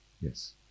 Yes